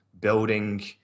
building